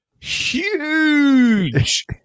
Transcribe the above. huge